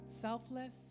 selfless